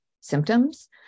symptoms